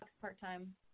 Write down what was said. part-time